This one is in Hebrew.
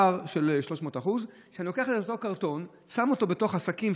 פער של 300%. אם אני לוקח את אותו קרטון ושם אותו בתוך השקים,